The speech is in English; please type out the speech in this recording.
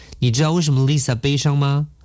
你知道为什么Lisa悲伤吗